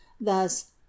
thus